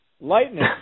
lightning